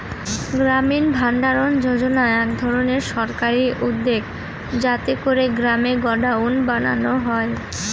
গ্রামীণ ভাণ্ডারণ যোজনা এক ধরনের সরকারি উদ্যোগ যাতে করে গ্রামে গডাউন বানানো যায়